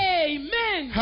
amen